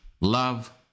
love